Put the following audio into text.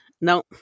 no